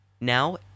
now